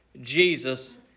Jesus